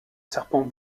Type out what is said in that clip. serpent